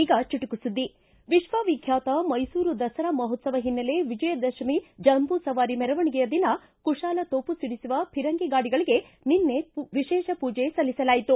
ಈಗ ಚುಟುಕು ಸುದ್ದಿ ವಿಕ್ವ ವಿಖ್ಯಾತ ಮೈಸೂರು ದಸರಾ ಮಹೋತ್ತವ ಹಿನ್ನೆಲೆ ವಿಜಯದಶಮಿ ಜಂಬೂ ಸವಾರಿ ಮೆರವಣಿಗೆಯ ದಿನ ಕುಶಾಲತೋಪು ಸಿಡಿಸುವ ಫಿರಂಗಿ ಗಾಡಿಗಳಿಗೆ ನಿನ್ನೆ ವಿಶೇಷ ಪೂಜೆ ಸಲ್ಲಿಸಲಾಯಿತು